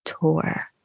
tour